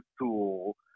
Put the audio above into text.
tool